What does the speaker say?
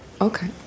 Okay